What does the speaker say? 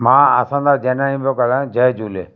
मां आसनदास जनानी पियो ॻाल्हायां जय झूले